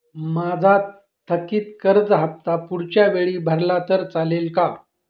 माझा थकीत कर्ज हफ्ता पुढच्या वेळी भरला तर चालेल का?